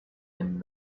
and